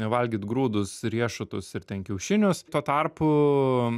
valgyt grūdus riešutus ir ten kiaušinius tuo tarpu